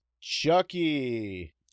Chucky